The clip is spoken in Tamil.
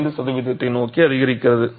5 சதவீதத்தை நோக்கி அதிகரிக்கிறது